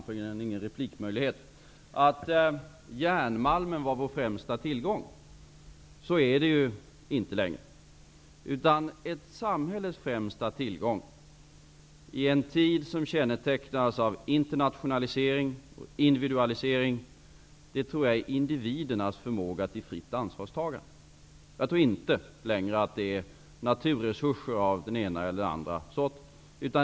Men under den gamla tiden var järnmalmen Sveriges främsta tillgång. Så är det inte längre. Ett samhälles främsta tillgång, i en tid som kännetecknas av internationalisering och individualisering, är individernas förmåga till fritt ansvarstagande. Jag tror inte längre att det är fråga om naturresurser av den ena eller andra sorten.